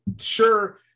sure